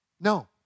No